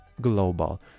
Global